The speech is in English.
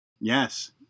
Yes